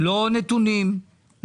לא נתונים,